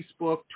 Facebook